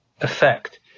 effect